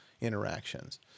interactions